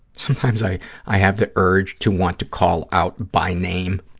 sometimes i i have the urge to want to call out by name